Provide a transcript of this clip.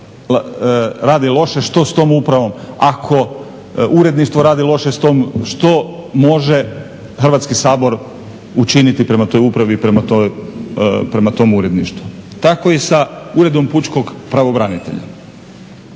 rada loše što s tom upravom ako uredništvo radi loše, što može Hrvatski sabor učiniti prema toj upravi i prema tom uredništvu? Tako i sa Uredom pučkog pravobranitelja.